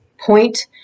point